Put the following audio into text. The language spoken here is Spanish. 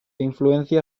influencia